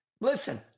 Listen